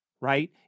right